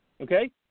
okay